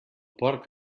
porc